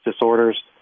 disorders